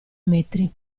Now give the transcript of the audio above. metri